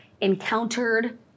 encountered